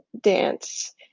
dance